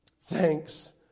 Thanks